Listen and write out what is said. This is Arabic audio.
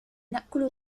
نأكل